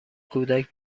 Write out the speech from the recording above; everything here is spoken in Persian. کودک